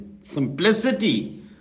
simplicity